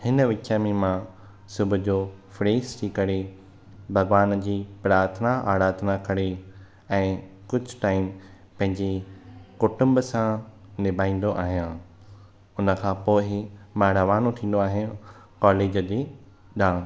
हिन विच में मां सुबुहु जो फ्रेश थी करे भॻिवानु जी प्रार्थना अराधना करे ऐं कुझु टाइम पहिंजे कुटुंब सां निभाईंदो आहियां हुन खां पोइ ई मां रवानो थींदो आहियां कॉलेज जे ॾांहुं